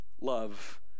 love